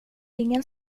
ingen